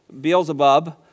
Beelzebub